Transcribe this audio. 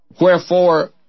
Wherefore